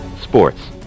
sports